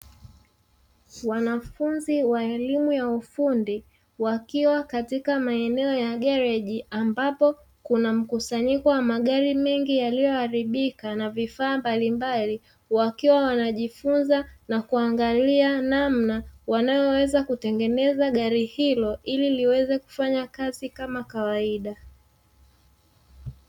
Wanafunzi wa elimu ya ufundi, wakiwa katika maeneo ya geleji ambapo kuna mkusanyiko wa magari mengi yalio haribika na vifaa mbalimbali wakiwa wanajifunza na kuangalia namna wanayo weza kutengeneza gari hilo ili liweze kufanya kazi kama kawaida.